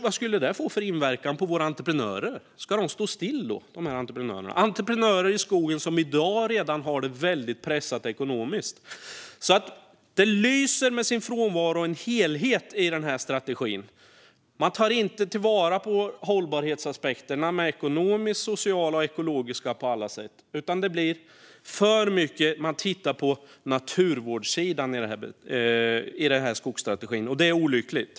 Vad skulle det få inverkan på våra entreprenörer? Ska de stå still då? Entreprenörer i skogen har det redan i dag väldigt pressat ekonomiskt. En helhet lyser med sin frånvaro i denna strategi. Man tar inte vara på hållbarhetsaspekterna som är ekonomiska, sociala och ekologiska på alla sätt. Man tittar för mycket på naturvårdssidan i denna skogsstrategi, och det är olyckligt.